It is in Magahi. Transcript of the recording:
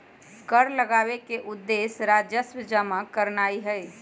कर लगाबेके उद्देश्य राजस्व जमा करनाइ हइ